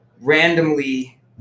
randomly